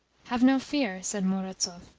have no fear, said murazov,